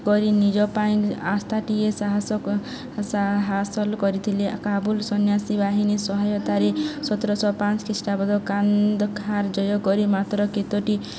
କରି ନିଜ ପାଇଁ ଆସ୍ଥାଟିଏ ସାହସ ହାସଲ କରିଥିଲେ କାବୁଲ ସୈନ୍ୟବାହିନୀ ସହାୟତାରେ ସତରଶହ ପାଞ୍ଚ ଖ୍ରୀଷ୍ଟାବ୍ଦ କାନ୍ଦଖାର ଜୟ କରି ମାତ୍ର କେତୋଟି